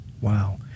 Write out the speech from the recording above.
wow